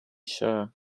sure